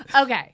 Okay